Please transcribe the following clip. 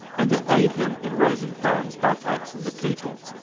and to aid him in raising funds by taxing the people